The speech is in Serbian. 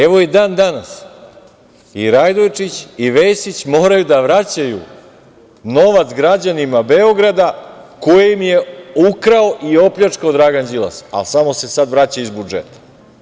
Evo i dan danas i Radojčić i Vesić moraju da vraćaju novac građanima Beograda koji im je ukrao i opljačkao Dragan Đilas, ali samo se sada vraća iz budžeta.